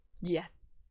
Yes